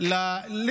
את הבתים שלנו,